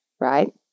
right